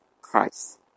Christ